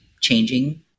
changing